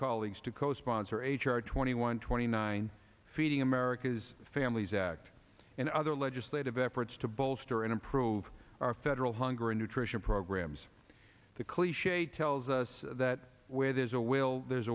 colleagues to co sponsor h r twenty one twenty nine feeding america's families act and other legislative efforts to bolster and improve our federal hunger and nutrition programs the cliche tells us that where there's a will there's